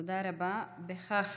מס אנטיגן המושת על הציבור.